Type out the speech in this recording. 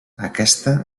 aquesta